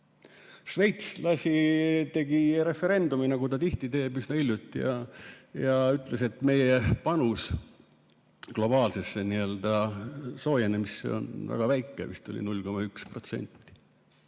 Šveits tegi referendumi, nagu ta tihti teeb, üsna hiljuti, ja ütles, et nende panus globaalsesse soojenemisse on väga väike, vist 0,1%,